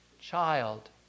child